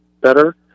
better